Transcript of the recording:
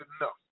enough